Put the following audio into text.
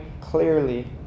clearly